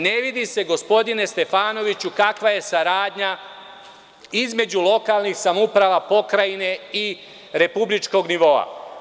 Ne vidi se, gospodine Stefanoviću, kakva je saradnja između lokalnih samouprava, pokrajine i republičkog nivoa.